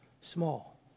small